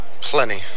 Plenty